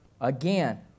Again